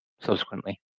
subsequently